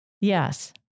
Yes